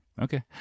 okay